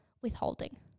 withholding